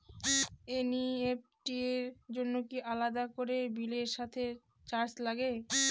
NEFT র জন্য কি আলাদা করে বিলের সাথে চার্জ লাগে?